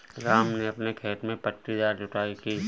राम ने अपने खेत में पट्टीदार जुताई की